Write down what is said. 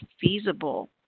feasible